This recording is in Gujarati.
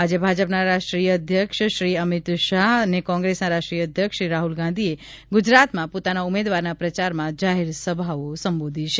આજે ભાજપના રાષ્ટ્રીય અધ્યક્ષ શ્રી અમિત શાહ અને કોંગ્રેસના રાષ્ટ્રીય અધ્યક્ષ શ્રી રાહુલ ગાંધીએ ગુજરાતમાં પોતાના ઉમેદવારના પ્રચારમાં જાહેરસભાઓ સંબોધી છે